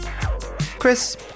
Chris